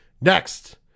Next